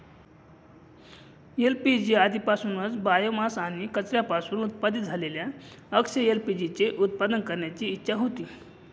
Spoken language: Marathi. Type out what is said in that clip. एल.पी.जी आधीपासूनच बायोमास आणि कचऱ्यापासून उत्पादित झालेल्या अक्षय एल.पी.जी चे उत्पादन करण्याची इच्छा होती